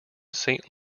saint